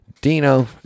Dino